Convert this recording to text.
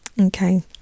Okay